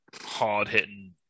hard-hitting